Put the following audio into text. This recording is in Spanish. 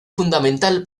fundamental